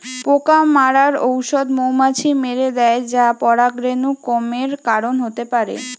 পোকা মারার ঔষধ মৌমাছি মেরে দ্যায় যা পরাগরেণু কমের কারণ হতে পারে